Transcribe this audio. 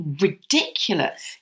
ridiculous